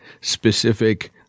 specific